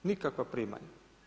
Nikakva primanja.